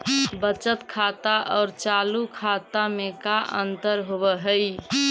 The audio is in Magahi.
बचत खाता और चालु खाता में का अंतर होव हइ?